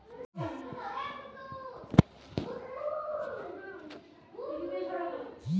जारा महिना मे पौधा के शीत के प्रभाव सॅ बचाबय के लेल कोनो छिरकाव करय के जरूरी अछि की?